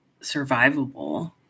survivable